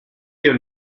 your